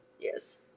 Yes